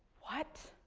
what?